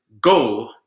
go